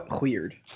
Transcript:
weird